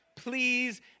Please